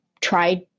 try